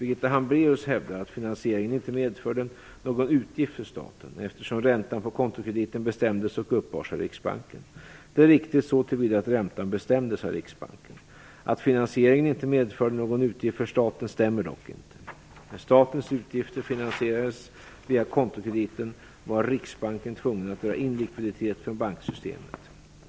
Birgitta Hambraeus hävdar att finansieringen inte medförde någon utgift för staten, eftersom räntan på kontokrediten bestämdes och uppbars av Riksbanken. Det är riktigt så tillvida att räntan bestämdes av Riksbanken. Att finansieringen inte medförde någon utgift för staten stämmer dock inte. När statens utgifter finansierades via kontokrediten var Riksbanken tvungen att dra in likviditet från banksystemet.